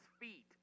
feet